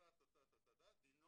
"עשה...דינו